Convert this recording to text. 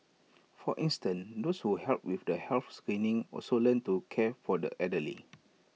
for instance those who helped with the health screenings also learnt to care for the elderly